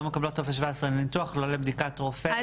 לא מקבלות טופס 17 לניתוח ולא לבדיקת רופא,